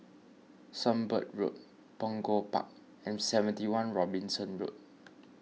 Sunbird Road Punggol Park and seventy one Robinson Road